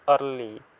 early